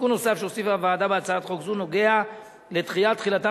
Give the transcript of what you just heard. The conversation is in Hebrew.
תיקון נוסף שהוסיפה הוועדה בהצעת חוק זו נוגע לדחיית תחילתם